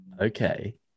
okay